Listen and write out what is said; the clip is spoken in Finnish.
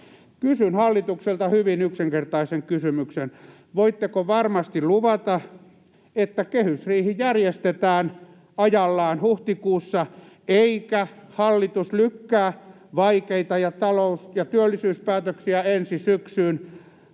Kysyn hallitukselta hyvin yksinkertaisen kysymyksen: Voitteko varmasti luvata, että kehysriihi järjestetään ajallaan huhtikuussa, eikä hallitus lykkää vaikeita talous- ja työllisyyspäätöksiä ensi syksyyn